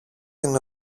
είναι